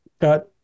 got